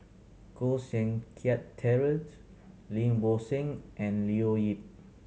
Koh Seng Kiat Terent Lim Bo Seng and Leo Yip